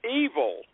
evil